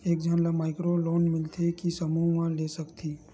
एक झन ला माइक्रो लोन मिलथे कि समूह मा ले सकती?